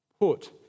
put